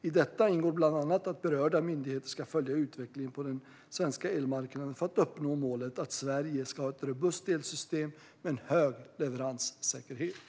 I detta ingår bland annat att berörda myndigheter ska följa utvecklingen på den svenska elmarknaden för att uppnå målet att Sverige ska ha ett robust elsystem med en hög leveranssäkerhet.